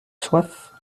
soif